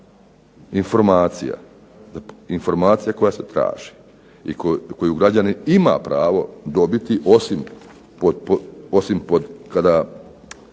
potrebna informacija koju se traži i koju građanin ima pravo dobiti osim pod kada